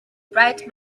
bright